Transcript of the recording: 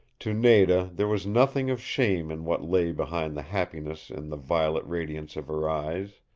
to nada there was nothing of shame in what lay behind the happiness in the violet radiance of her eyes.